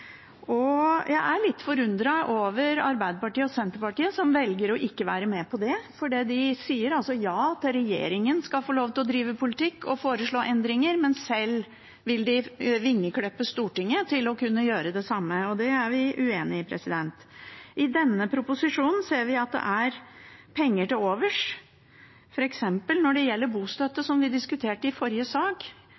Jeg er litt forundret over at Arbeiderpartiet og Senterpartiet velger ikke å være med på det. De sier altså ja til at regjeringen skal få lov til å drive med politikk og foreslå endringer, men selv vil de vingeklippe Stortinget når det gjelder å kunne gjøre det samme. Det er vi uenig i. I denne proposisjonen ser vi at det er penger til overs, f.eks. når det gjelder bostøtte,